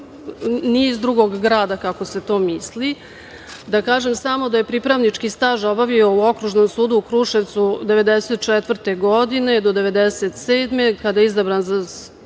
nije iz drugog grada kako se to misli. Da kažem samo da je pripravnički staž obavio u Okružnom sudu u Kruševcu 1994. godine do 1997. godine kada je izabran za